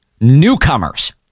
newcomers